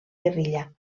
guerrilla